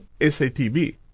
SATB